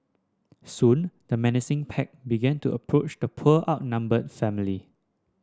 soon the menacing pack began to approach the poor outnumbered family